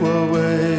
away